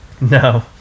No